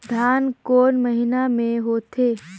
धान कोन महीना मे होथे?